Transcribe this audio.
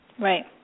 Right